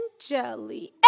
jelly